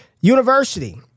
university